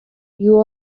you